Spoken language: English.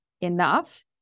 enough